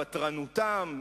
ותרנותם,